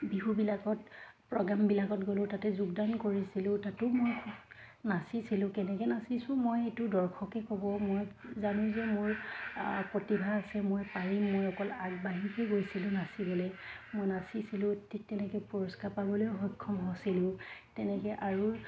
বিহুবিলাকত প্ৰগ্ৰেমবিলাকত গ'লোঁ তাতে যোগদান কৰিছিলোঁ তাতো মই নাচিছিলোঁ কেনেকৈ নাচিছোঁ মই এইটো দৰ্শকে ক'ব মই জানো যে মোৰ প্ৰতিভা আছে মই পাৰিম মই অকল আগবাঢ়িহে গৈছিলোঁ নাচিবলৈ মই নাচিছিলোঁ থিক তেনেকৈ পুৰস্কাৰ পাবলৈ সক্ষম হৈছিলোঁ তেনেকৈ আৰু